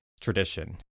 tradition